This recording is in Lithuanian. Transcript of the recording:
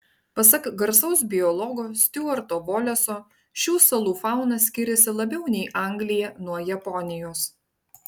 pasak garsaus biologo stiuarto voleso šių salų fauna skiriasi labiau nei anglija nuo japonijos